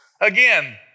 again